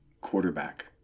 quarterback